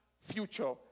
future